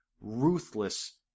ruthless